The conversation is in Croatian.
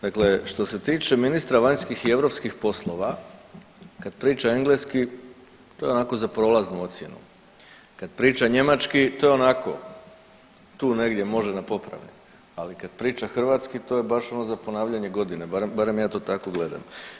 Dakle, što se tiče ministra vanjskih i europskih poslova kad priča engleski to je onako za prolaznu ocjenu, kad priča njemački to je onako tu negdje na popravni, ali kad priča hrvatski to je baš ono za ponavljanje godine, barem ja to tako gledam.